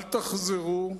אל תחזרו,